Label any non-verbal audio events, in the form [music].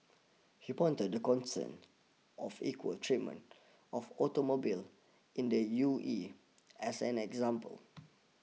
he pointed to concerns of equal treatment of automobiles in the U E as an example [noise]